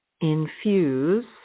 infuse